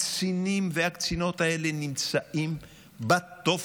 הקצינים והקצינות האלה נמצאים בתופת,